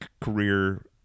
career